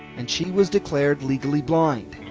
and she was declared legally blind.